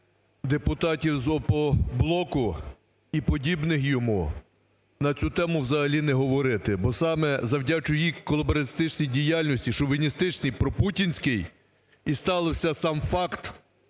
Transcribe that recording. депутатів з Опоблоку і подібних йому на цю тему взагалі не говорити. Бо саме завдячуючи їх колабористичної діяльності, шовіністичній, пропутінській, і стався сам факт